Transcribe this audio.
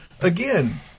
again